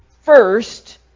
first